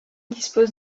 dispose